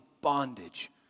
bondage